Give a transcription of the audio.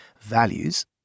values